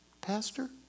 pastor